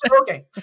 Okay